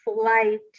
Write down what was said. flight